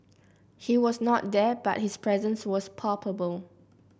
he was not there but his presence was palpable